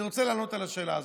אני רוצה לענות על השאלה הזאת.